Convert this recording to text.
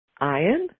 Iron